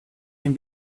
can